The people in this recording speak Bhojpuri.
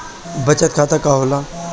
बचत खाता का होला?